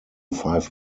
five